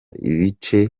ibice